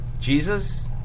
Jesus